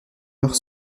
heure